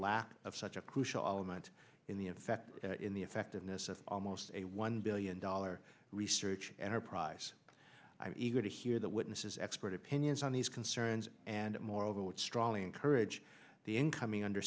lack of such a crucial element in the effect in the effectiveness of almost a one billion dollar research enterprise i'm eager to hear the witnesses expert opinions on these concerns and moreover i would strongly encourage the incoming under